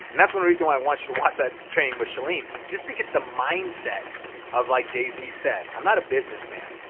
and that's one reason why i want you to watch that training with chalene. just to get the mindset of like jay z said, i'm not a businessman,